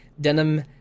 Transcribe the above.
denim